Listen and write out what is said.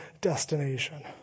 destination